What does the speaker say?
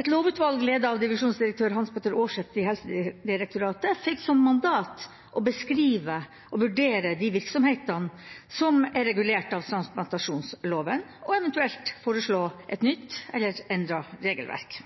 Et lovutvalg ledet av divisjonsdirektør Hans Petter Aarseth i Helsedirektoratet fikk som mandat å beskrive og vurdere de virksomhetene som var regulert av transplantasjonsloven, og eventuelt foreslå et nytt eller endret regelverk.